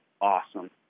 awesome